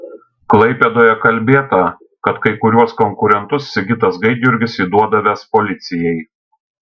klaipėdoje kalbėta kad kai kuriuos konkurentus sigitas gaidjurgis įduodavęs policijai